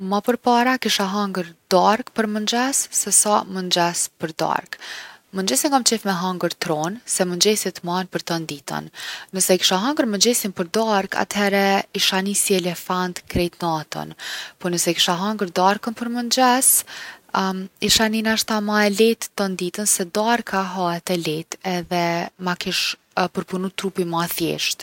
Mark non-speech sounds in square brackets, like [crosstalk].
Ma përpara kisha hangër darkë për mëngjes se sa mëngjes për darkë. Mëngjesin kom qef me hangër t’ron’ se mëngjesi t’man për ton ditën. Nëse kisha hangër mëngjesin për darkë atëhere isha ni si elefant krejt natën. Po nëse kisha hangër darkën për mëngjes, [hesitation] isha ni nashta ma e lehtë ton ditën se darka hahët e leht’ edhe ma kish përpunu trupi ma thjeshtë.